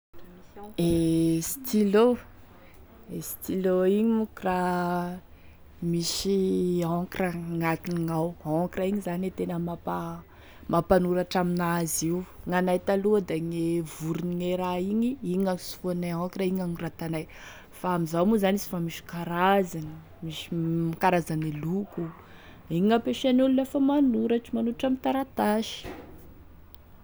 E stylo e stylo igny moa koa raha misy encre agnatinao, encre igny zany e tena mampa- mampanoratry amin'azy io, gn'anay taloha da gne vorone raha igny hanasofoagny e encre, igny gn'anoratanay, fa amin'izao moa zany fa misy karazany, misy karazany loko, igny gn'ampiasan'olo lefa manoratry, manoratry ame taratasy.